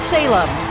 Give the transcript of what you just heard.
Salem